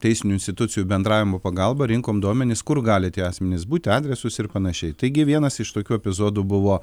teisinių institucijų bendravimo pagalba rinkom duomenis kur gali tie asmenys būti adresus ir panašiai taigi vienas iš tokių epizodų buvo